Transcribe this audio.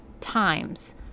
times